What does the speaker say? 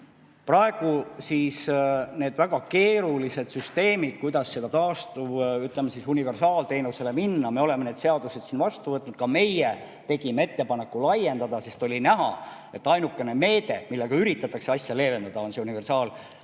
Praegu on need väga keerulised süsteemid, kuidas, ütleme, universaalteenusele üle minna. Me oleme need seadused siin vastu võtnud. Ka meie tegime ettepaneku [meetmeid] laiendada, sest oli näha, et ainukene meede, millega üritatakse asja leevendada, on see universaalteenus.